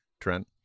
Trent